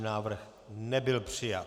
Návrh nebyl přijat.